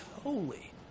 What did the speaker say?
holy